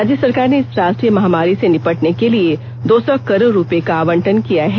राज्य सरकार ने इस राष्ट्रीय महामारी से निपटने के लिए दो सौ करोड रुपये का आवंटन किया है